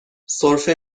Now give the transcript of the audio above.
سرفه